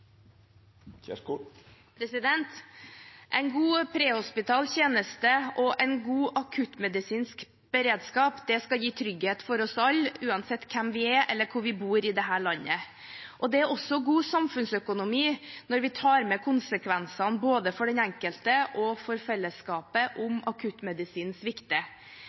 god prehospital tjeneste og en god akuttmedisinsk beredskap skal gi trygghet for oss alle, uansett hvem vi er, eller hvor vi bor i dette landet. Det er også god samfunnsøkonomi når vi tar med konsekvensene for både den enkelte og fellesskapet, om